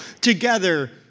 together